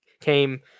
came